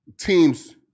teams